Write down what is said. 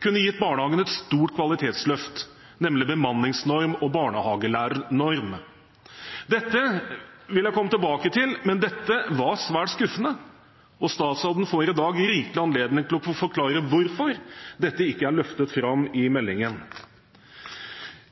kunne ha gitt barnehagene et stort kvalitetsløft, nemlig bemanningsnorm og barnehagelærernorm. Det vil jeg komme tilbake til, men dette var svært skuffende, og statsråden får i dag rikelig anledning til å forklare hvorfor dette ikke er løftet fram i meldingen.